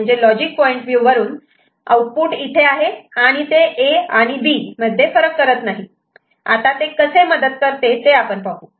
म्हणजे logic point वरून output इथे आहे आणि ते A आणि B मध्ये फरक करत नाही आता ते कसे मदत करते ते पाहू